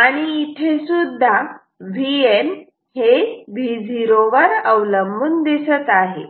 आणि इथे सुद्धा Vn हे Vo वर अवलंबून दिसत आहे